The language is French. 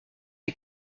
les